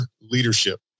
leadership